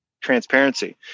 transparency